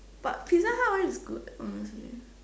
but Pizza-Hut one is good honestly